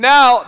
Now